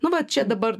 nu va čia dabar